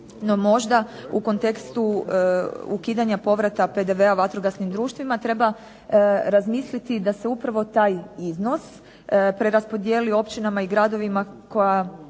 možda u kontekstu ukidanja povrata PDV-a vatrogasnim društvima treba razmisliti da se upravo taj iznos preraspodijeli općinama i gradovima koja